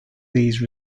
these